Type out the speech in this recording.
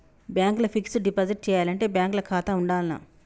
Bank ల fixed deposit చేయాలంటే bank ల ఖాతా ఉండాల్నా?